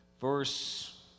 verse